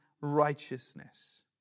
righteousness